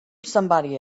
somebody